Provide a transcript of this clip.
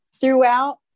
throughout